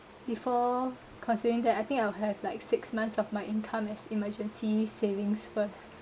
before considering that I think I'll have like six months of my income as emergency savings first